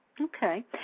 Okay